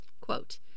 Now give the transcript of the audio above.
quote